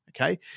Okay